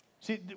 See